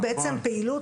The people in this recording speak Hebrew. היא בעצם פעילות